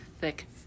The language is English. thick